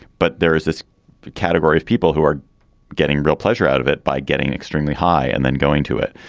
but there is this category of people who are getting real pleasure out of it by getting extremely high and then going to it.